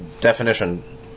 definition